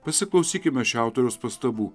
pasiklausykime šio autoriaus pastabų